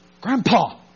Grandpa